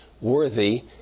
worthy